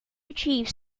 achieves